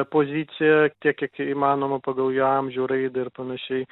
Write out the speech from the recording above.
poziciją tiek kiek įmanoma pagal jo amžių raidą ir panašiai